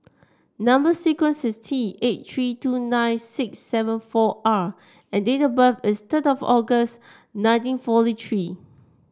number sequence is T eight three two nine six seven four R and date of birth is third August nineteen forty three